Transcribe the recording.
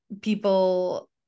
people